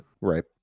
right